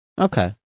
Okay